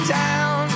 town